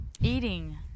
Eating